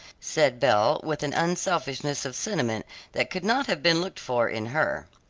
said belle with an unselfishness of sentiment that could not have been looked for in her.